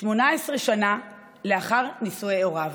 18 שנה לאחר נישואי הוריו.